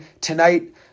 tonight